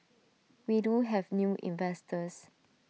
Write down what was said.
we do have new investors